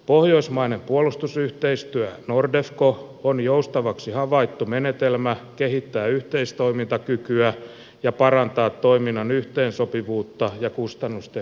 pohjoismainen puolustusyhteistyö nordefco on joustavaksi havaittu menetelmä kehittää yhteistoimintakykyä ja parantaa toiminnan yhteensopivuutta ja kustannustehokkuutta